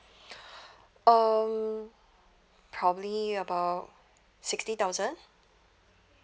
um probably about sixty thousand